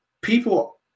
people